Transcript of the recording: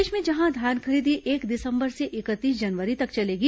प्रदेश में जहां धान खरीदी एक दिसंबर से इकतीस जनवरी तक चलेगी